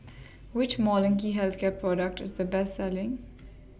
Which Molnylcke Health Care Product IS The Best Selling